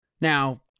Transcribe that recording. Now